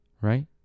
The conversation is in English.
Right